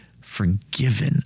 forgiven